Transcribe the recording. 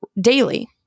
daily